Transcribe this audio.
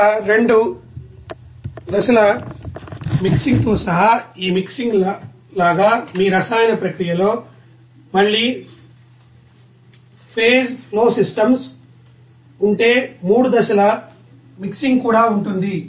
ఇక్కడ రెండు దశల మిక్సింగ్తో సహా ఈ మిక్సింగ్ లాగా మీ రసాయన ప్రక్రియలలో మల్టీ ఫేజ్ ఫ్లో సిస్టమ్స్ ఉంటే మూడు దశల మిక్సింగ్ కూడా ఉంటుంది